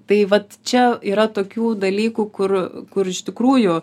tai vat čia yra tokių dalykų kur kur iš tikrųjų